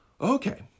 Okay